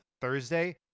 Thursday